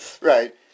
Right